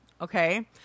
Okay